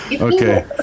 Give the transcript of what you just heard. Okay